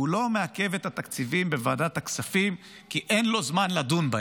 הוא לא מעכב את התקציבים בוועדת הכספים כי אין לו זמן לדון בהם,